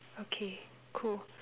okay cool